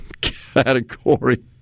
category